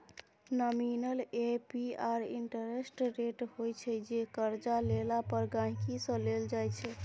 nominal APR interest rate होइ छै जे करजा लेला पर गांहिकी सँ लेल जाइ छै